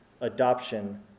adoption